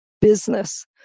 business